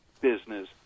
Business